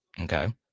Okay